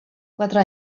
quatre